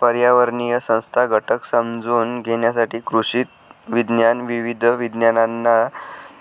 पर्यावरणीय संस्था घटक समजून घेण्यासाठी कृषी विज्ञान विविध विज्ञानांना